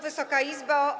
Wysoka Izbo!